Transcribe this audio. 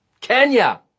Kenya